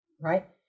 Right